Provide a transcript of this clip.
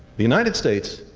the united states.